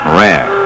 rare